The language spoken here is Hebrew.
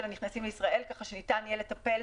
הנכנסים לישראל ככה שניתן יהיה לטפל.